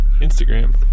Instagram